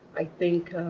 i think